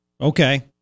Okay